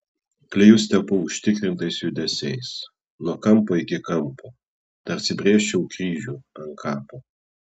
klijus tepu užtikrintais judesiais nuo kampo iki kampo tarsi brėžčiau kryžių ant kapo